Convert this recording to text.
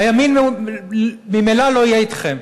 הימין ממילא לא יהיה אתכם.